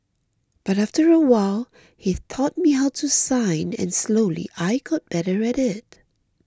but after a while he taught me how to sign and slowly I got better at it